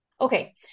okay